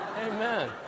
Amen